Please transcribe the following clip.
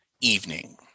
evening